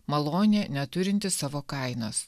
malonė neturinti savo kainos